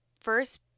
first